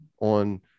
on